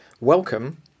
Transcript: Welcome